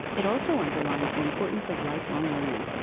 it also underlines the importance of lifelong learning.